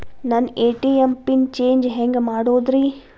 ನನ್ನ ATM pin change ಹೆಂಗ್ ಮಾಡೋದ್ರಿ?